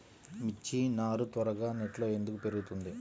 మిర్చి నారు త్వరగా నెట్లో ఎందుకు పెరుగుతుంది?